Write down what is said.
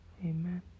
amen